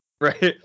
right